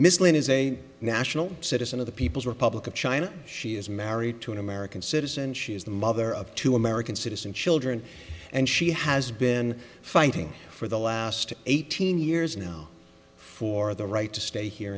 lynn is a national citizen of the people's republic of china she is married to an american citizen she is the mother of two american citizen children and she has been fighting for the last eighteen years now for the right to stay here